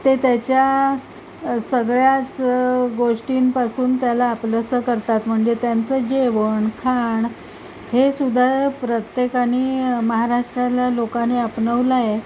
ते त्याच्या सगळ्याच गोष्टींपासून त्याला आपलंसं करतात म्हणजे त्यांचं जेवण खाण हे सुद्धा प्रत्येकानी महाराष्ट्राला लोकाने अपनवलय